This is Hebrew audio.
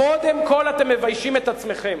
קודם כול אתם מביישים את עצמכם.